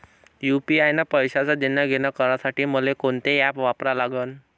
UPI न पैशाचं देणंघेणं करासाठी मले कोनते ॲप वापरा लागन?